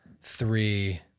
Three